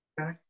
Okay